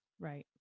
Right